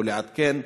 או לעדכן,